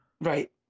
Right